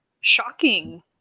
shocking